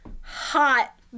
hot